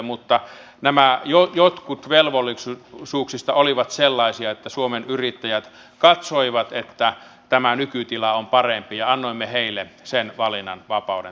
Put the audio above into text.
mutta nämä jotkut velvollisuuksista olivat sellaisia että suomen yrittäjät katsoi että tämä nykytila on parempi ja annoimme heille sen valinnanvapauden tässä tilanteessa